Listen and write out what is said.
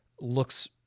looks